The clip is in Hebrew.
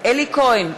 אלי כהן,